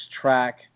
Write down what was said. track